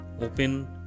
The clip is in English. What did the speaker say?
open